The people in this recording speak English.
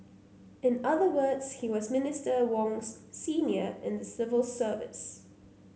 in other words he was Minister Wong's senior in the civil service